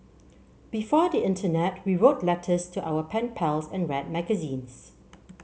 before the internet we wrote letters to our pen pals and read magazines